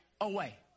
away